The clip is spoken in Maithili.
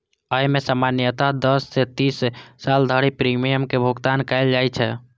अय मे सामान्यतः दस सं तीस साल धरि प्रीमियम के भुगतान कैल जाइ छै